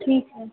ठीक है